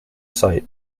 sight